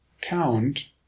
count